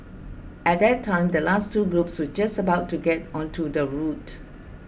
at that time the last two groups were just about to get onto the route